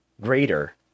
greater